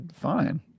fine